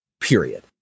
period